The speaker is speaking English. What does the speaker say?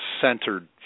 centered